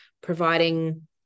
providing